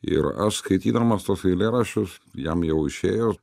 ir aš skaitydamas tuos eilėraščius jam jau išėjus